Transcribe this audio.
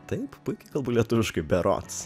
taip puikiai kalbu lietuviškai berods